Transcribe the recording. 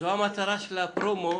זו המטרה של הפרומו